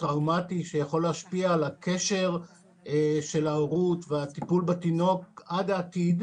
טראומטי שיכול להשפיע על הקשר של ההורות והטיפול בתינוק עד העתיד.